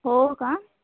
हो का